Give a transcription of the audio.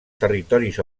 territoris